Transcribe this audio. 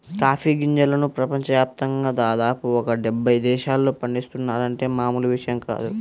coffee గింజలను ప్రపంచ యాప్తంగా దాదాపు ఒక డెబ్బై దేశాల్లో పండిత్తున్నారంటే మామూలు విషయం కాదు